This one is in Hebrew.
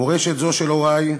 מורשת זו של הורי,